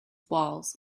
walls